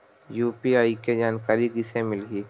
UPI के जानकारी कइसे मिलही?